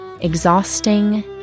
exhausting